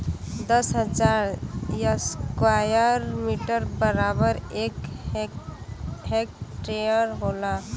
दस हजार square metre बराबर एक हेक्टेयर होला